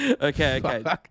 Okay